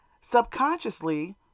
subconsciously